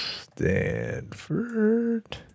Stanford